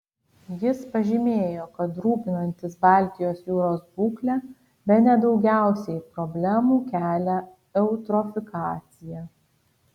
jis pažymėjo kad rūpinantis baltijos jūros būkle bene daugiausiai problemų kelia eutrofikacija